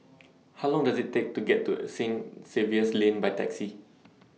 How Long Does IT Take to get to Saint Xavier's Lane By Taxi